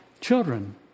children